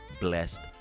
blessed